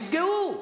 נפגעו.